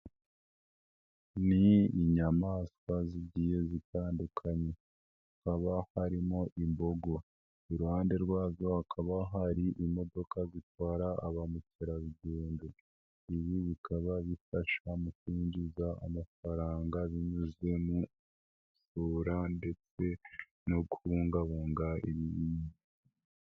Ni inyamaswa zigiye zitandukanye hakaba harimo imbogo, iruhande rwazo hakaba hari imodoka zitwara bamukerarugendo. Ibi bikaba bifasha mu kwinjiza amafaranga binyuze mu rubura ndetse no kubungabunga ibintu.